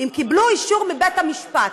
אם קיבלו אישור מבית המשפט.